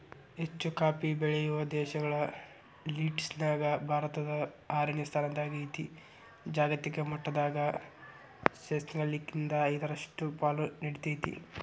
ಹೆಚ್ಚುಕಾಫಿ ಬೆಳೆಯೋ ದೇಶಗಳ ಲಿಸ್ಟನ್ಯಾಗ ಭಾರತ ಆರನೇ ಸ್ಥಾನದಾಗೇತಿ, ಜಾಗತಿಕ ಮಟ್ಟದಾಗ ಶೇನಾಲ್ಕ್ರಿಂದ ಐದರಷ್ಟು ಪಾಲು ನೇಡ್ತೇತಿ